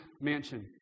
mansion